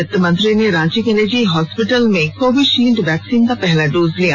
वित्त मंत्री ने रांची के निजी हॉस्पिटल में कोवीशिल्ड वैक्सीन का पहला डोज लिया